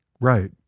Right